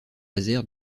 laser